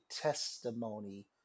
testimony